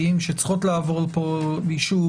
האם שצריכות לעבור פה אישור,